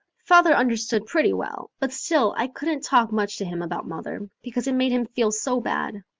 father understood pretty well, but still i couldn't talk much to him about mother, because it made him feel so bad.